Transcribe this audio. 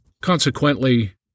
Consequently